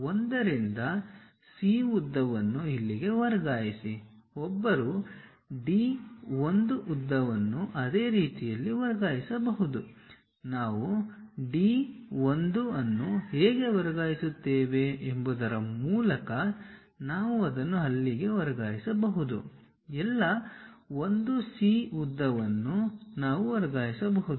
1 ರಿಂದ C ಉದ್ದವನ್ನು ಇಲ್ಲಿಗೆ ವರ್ಗಾಯಿಸಿ ಒಬ್ಬರು D 1 ಉದ್ದವನ್ನು ಅದೇ ರೀತಿಯಲ್ಲಿ ವರ್ಗಾಯಿಸಬಹುದು ನಾವು D 1 ಅನ್ನು ಹೇಗೆ ವರ್ಗಾಯಿಸುತ್ತೇವೆ ಎಂಬುದರ ಮೂಲಕ ನಾವು ಅದನ್ನು ಅಲ್ಲಿಗೆ ವರ್ಗಾಯಿಸಬಹುದು ಎಲ್ಲಾ 1 C ಉದ್ದವನ್ನು ನಾವು ವರ್ಗಾಯಿಸಬಹುದು